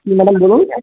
কী madam বলুন